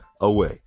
away